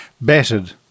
Battered